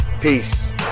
Peace